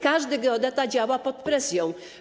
Każdy geodeta działa pod presją.